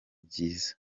byiza